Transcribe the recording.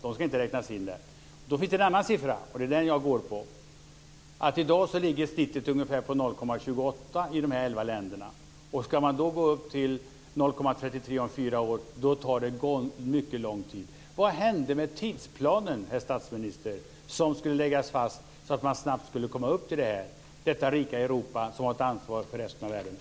De ska inte räknas in där. Det finns då en annan siffra, och det är den jag går på. I dag ligger snittet ungefär på 0,28 % i de elva länderna. Ska man då nå upp till 0,39 % om fyra år tar det mycket lång tid. Vad hände med tidsplanen, herr statsminister, som skulle läggas fast så att man snabbt skulle komma upp till målet för detta rika Europa, som har ett ansvar för resten av världen?